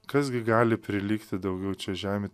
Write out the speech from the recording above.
kas gi gali prilygti daugiau čia žemė